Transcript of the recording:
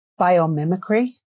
biomimicry